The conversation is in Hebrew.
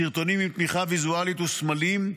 סרטונים עם תמיכה ויזואלית וסמלים,